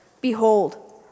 Behold